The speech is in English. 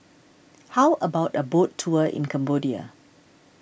how about a boat tour in Cambodia